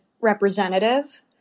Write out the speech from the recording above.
representative